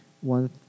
one